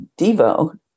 Devo